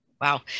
Wow